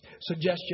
Suggestion